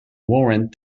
warrant